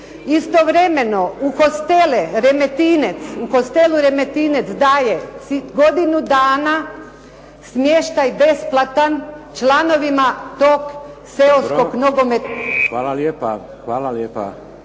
Istovremeno, u hostelu Remetinec daje godinu dana smještaj besplatan članovima tog seoskog nogometnog